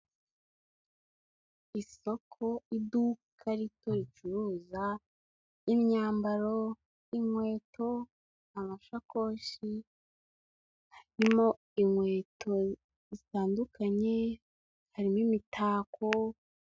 Isoko, iduka rito ricuruza imyambaro, inkweto, amashakoshi, harimo inkweto zitandukanye, harimo imitako.